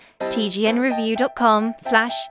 tgnreview.com/slash